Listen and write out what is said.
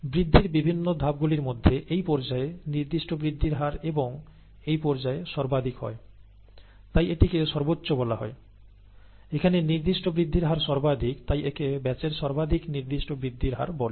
বৃদ্ধির বিভিন্ন ধাপ গুলির মধ্যে এই পর্যায়ে নির্দিষ্ট বৃদ্ধির হার এবং এই পর্যায়ে সর্বাধিক হয় তাই এটিকে সর্বোচ্চ বলা হয় এখানে নির্দিষ্ট বৃদ্ধির হার সর্বাধিক তাই একে ব্যাচের সর্বাধিক নির্দিষ্ট বৃদ্ধির হার বলে